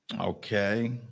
Okay